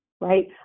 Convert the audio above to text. right